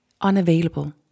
unavailable